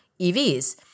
EVs